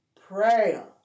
prayer